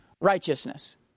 Righteousness